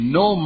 no